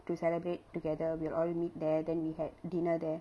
to celebrate together we'll all meet there then we had dinner there